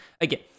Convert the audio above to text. again